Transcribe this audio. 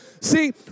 See